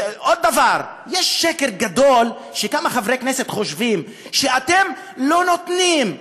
עוד דבר: יש שקר גדול שכמה חברי כנסת חושבים: אתם לא נותנים.